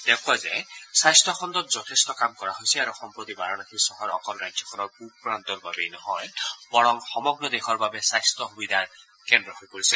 তেওঁ কয় যে স্বাস্থ্য খণ্ডত যথেষ্ট কাম কৰা হৈছে আৰু সম্প্ৰতি বাৰানসী চহৰ অকল ৰাজ্যখনৰ পুব প্ৰান্তৰ বাবেই নহয় বৰং সমগ্ৰ দেশৰ বাবে স্বাস্থ্য সুবিধাৰ কেন্দ্ৰ হৈ পৰিছে